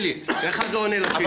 מלכיאלי, אחד לא עונה לשני.